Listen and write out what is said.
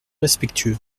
respectueux